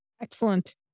Excellent